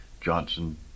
Johnson